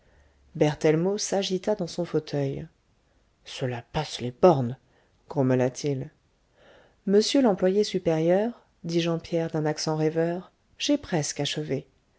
berthellemot s'agita dans son fauteuil cela passe les bornes grommela-t-il monsieur l'employé supérieur dit jean pierre d'un accent rêveur j'ai presque achevé